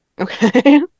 okay